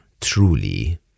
truly